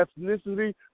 ethnicity